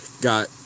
got